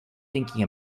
thinking